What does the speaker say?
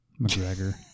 McGregor